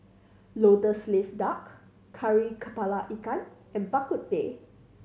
Lotus Leaf Duck Kari Kepala Ikan and Bak Kut Teh